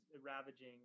ravaging